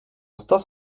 stos